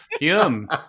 Yum